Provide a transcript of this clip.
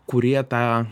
kurie tą